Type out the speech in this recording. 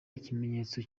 ikimenyetso